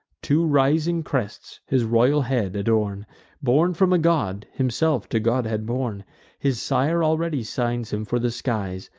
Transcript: two rising crests, his royal head adorn born from a god, himself to godhead born his sire already signs him for the skies,